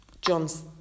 John's